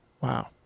Wow